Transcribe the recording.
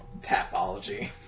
Tapology